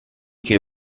che